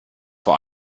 vor